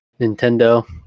Nintendo